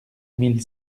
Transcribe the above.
mille